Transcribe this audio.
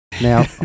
now